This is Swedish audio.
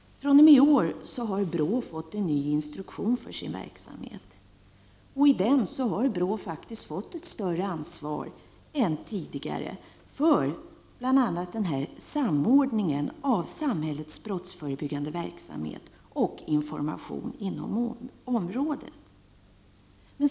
I år har BRÅ fått en ny instruktion för sin verksamhet. I den har BRÅ fått ett större ansvar än tidigare för bl.a. samordningen av samhällets brottsförebyggande verksamhet och informationen inom området.